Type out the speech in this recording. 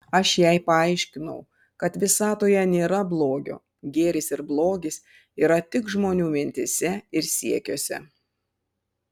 aš jai paaiškinau kad visatoje nėra blogio gėris ir blogis yra tik žmonių mintyse ir siekiuose